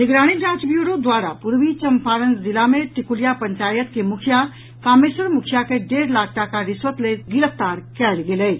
निगरानी जांच ब्यूरो द्वारा पूर्वी चम्पारण जिला मे टिकुलिया पंचायत के मुखिया कामेश्वर मुखिया के डेढ़ लाख टाका रिश्वत लैत गिरफ्तार कयल गेल अछि